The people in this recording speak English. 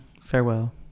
Farewell